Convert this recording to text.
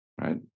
right